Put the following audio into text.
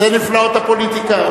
זה נפלאות הפוליטיקה.